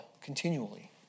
continually